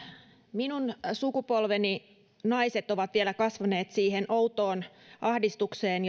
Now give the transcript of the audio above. minun sukupolveni naiset ovat vielä kasvaneet siihen outoon ahdistukseen